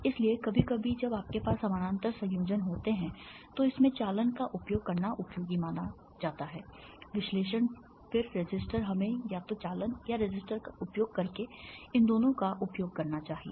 इसलिए कभी कभी जब आपके पास समानांतर संयोजन होते हैं तो इसमें चालन का उपयोग करना उपयोगी होता है विश्लेषण फिर रेसिस्टर हमें या तो चालन या रेसिस्टर का उपयोग करके इन दोनों का उपयोग करना चाहिए